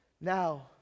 now